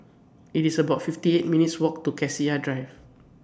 IT IS about fifty eight minutes' Walk to Cassia Drive